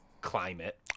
climate